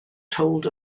told